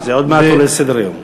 זה עוד מעט עולה על סדר-היום.